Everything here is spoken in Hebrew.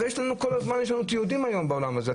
הרי יש לנו תיעודים היום בעולם הזה,